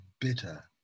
bitter